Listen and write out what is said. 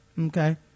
Okay